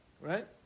Right